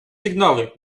сигналы